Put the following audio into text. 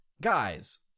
guys